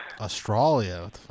Australia